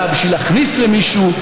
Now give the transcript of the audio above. תראו, הכנסת הערב, שימו לב,